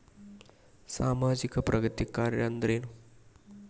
ಸಾಮಾಜಿಕ ಪ್ರಗತಿ ಕಾರ್ಯಾ ಅಂದ್ರೇನು?